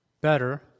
better